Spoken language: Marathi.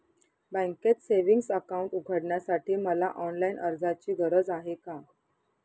बँकेत सेविंग्स अकाउंट उघडण्यासाठी मला ऑनलाईन अर्जाची गरज आहे का?